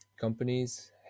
companies